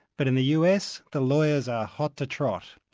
but in the us, the lawyers are hot to trot.